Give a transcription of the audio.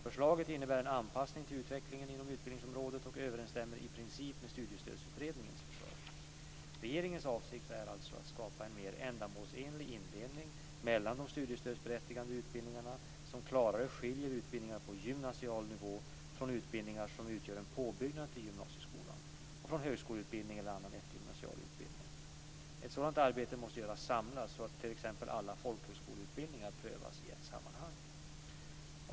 Förslaget innebär en anpassning till utvecklingen inom utbildningsområdet och överensstämmer i princip med studiestödsutredningens förslag. Regeringens avsikt är alltså att skapa en mer ändamålsenlig indelning mellan de studiestödsberättigande utbildningarna som klarare skiljer utbildningar på gymnasial nivå från utbildningar som utgör en påbyggnad till gymnasieskolan och från högskoleutbildning eller annan eftergymnasial utbildning. Ett sådant arbete måste göras samlat så att t.ex. alla folkhögskoleutbildningar prövas i ett sammanhang.